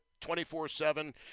24-7